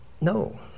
No